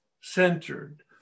centered